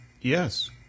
Yes